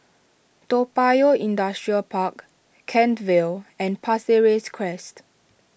Toa Payoh Industrial Park Kent Vale and Pasir Ris Crest